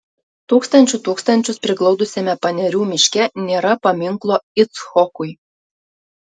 tūkstančių tūkstančius priglaudusiame panerių miške nėra paminklo icchokui